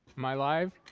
my life?